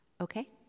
Okay